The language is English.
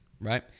right